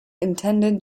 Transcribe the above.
intended